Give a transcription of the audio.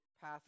path